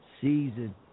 season